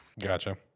Gotcha